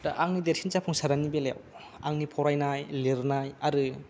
दा आंनि देरसिन जाफुंसारनायनि बेलायाव आंनि फरायनाय लिरनाय आरो